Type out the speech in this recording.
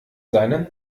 seinen